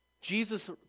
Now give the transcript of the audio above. Jesus